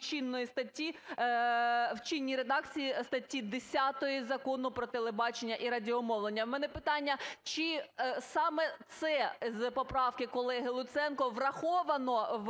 чинної статті… в чинній редакції статті 10 Закону "Про телебачення і радіомовлення". В мене питання, чи саме це з поправки колеги Луценко враховано